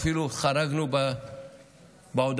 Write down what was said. ואפילו חרגנו בעודפים.